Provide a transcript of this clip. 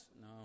no